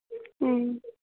ᱦᱮᱸ